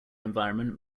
environment